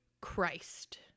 christ